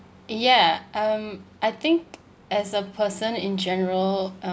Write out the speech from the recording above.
ya um I think as a person in general um